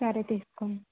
సరే తీస్కోండి